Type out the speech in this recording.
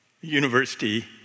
university